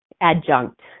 adjunct